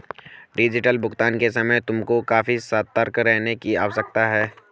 digital भुगतान के समय तुमको काफी सतर्क रहने की आवश्यकता है